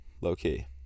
low-key